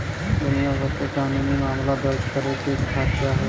दुनिया भर के कानूनी मामला दर्ज करे के खांचा हौ